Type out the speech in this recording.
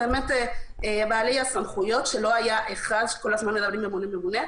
בעלי הסמכויות מדברים כל הזמן על "ממונה",